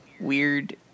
weird